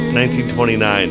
1929